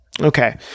Okay